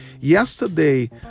Yesterday